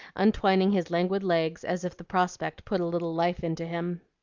untwining his languid legs as if the prospect put a little life into him.